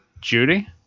judy